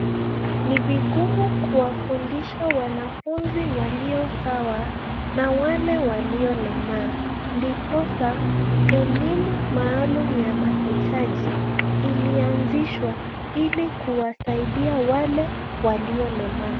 Ni vigumu kuwafundisha wanafunzi walio sawa na wale waliolemaa. Ndiposa elimu maalum ya mahitaji ilianzishwa ili kuwasaidia wale waliolemaa.